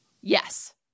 Yes